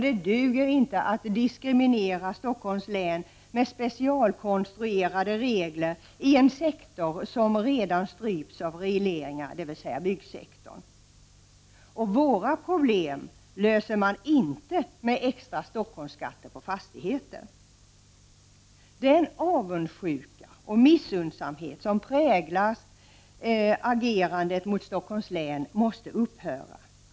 Det duger inte att diskriminera Stockholms län med specialkonstruerade regler i en sektor som redan strypts av regleringar, dvs. byggsektorn. Våra problem löser man inte med extra Stockholmsskatter på fastigheter. Den avundsjuka och missunnsamhet som präglar agerandet mot Stockholms län måste upphöra.